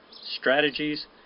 strategies